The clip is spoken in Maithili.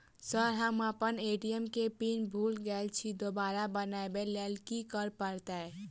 सर हम अप्पन ए.टी.एम केँ पिन भूल गेल छी दोबारा बनाबै लेल की करऽ परतै?